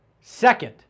Second